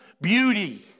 beauty